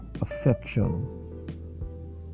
affection